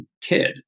kid